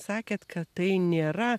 sakėt kad tai nėra